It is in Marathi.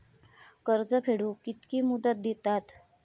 कर्ज फेडूक कित्की मुदत दितात?